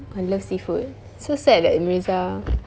I love seafood so sad that mirza